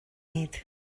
iad